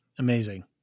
Amazing